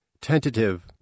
tentative